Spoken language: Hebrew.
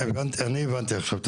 אני הבנתי עכשיו את